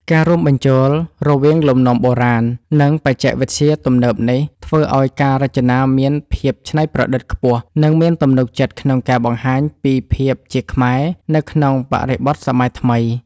ការរួមបញ្ចូលរវាងលំនាំបុរាណ និងបច្ចេកវិទ្យាទំនើបនេះ ធ្វើឲ្យការរចនាមានភាពច្នៃប្រឌិត ខ្ពស់ និងមានទំនុកចិត្តក្នុងការបង្ហាញពីភាពជាខ្មែរ នៅក្នុងបរិបទសម័យថ្មី។